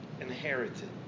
inherited